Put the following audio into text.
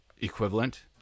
equivalent